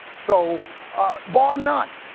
so bar none.